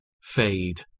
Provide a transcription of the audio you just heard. fade